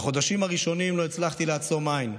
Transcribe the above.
בחודשים הראשונים לא הצלחתי לעצום עין.